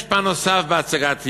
יש פן נוסף בהצגת אי-אמון,